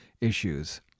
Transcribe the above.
issues